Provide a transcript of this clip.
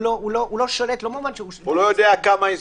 הוא לא שולט לא במובן --- הוא לא יודע כמה הוזמנו.